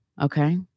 okay